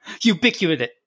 Ubiquitous